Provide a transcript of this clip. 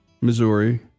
Missouri